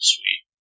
Sweet